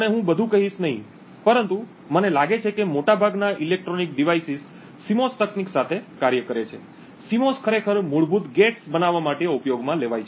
અને હું બધુ કહીશ નહીં પરંતુ મને લાગે છે કે મોટાભાગના ઇલેક્ટ્રોનિક ડિવાઇસીસ સિમોસ તકનીક સાથે કાર્ય કરે છે સિમોસ ખરેખર મૂળભૂત ગૅટ્સ બનાવવા માટે ઉપયોગમાં લેવાય છે